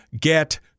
get